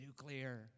nuclear